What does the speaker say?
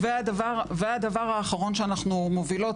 והדבר האחרון שאנחנו מובילות,